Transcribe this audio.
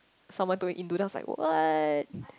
someone told me indo then I was like what